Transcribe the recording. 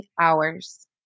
hours